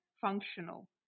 functional